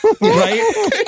right